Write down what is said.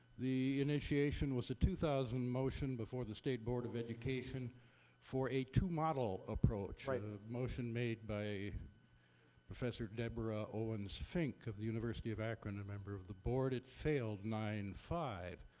the initiation was a two thousand motion before the state board of education for a two model approach. right. a motion made by professor deborah owens fink of the university of akron, a member of the board. it failed, nine, five.